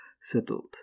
settled